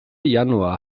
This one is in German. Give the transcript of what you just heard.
januar